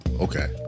okay